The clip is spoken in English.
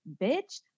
bitch